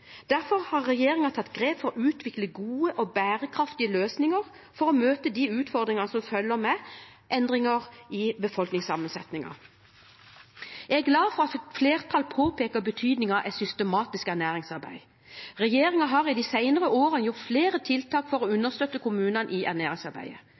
Derfor har regjeringen tatt grep for å utvikle gode og bærekraftige løsninger for å møte de utfordringene som følger med endringer i befolkningssammensetningen. Jeg er glad for at et flertall påpeker betydningen av et systematisk ernæringsarbeid. Regjeringen har de senere årene gjort flere tiltak for å